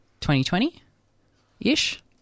2020-ish